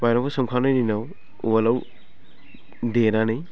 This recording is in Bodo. माइरंखौ सोमखांनायनि उनाव उवालाव देनानै